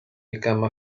become